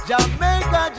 Jamaica